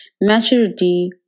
maturity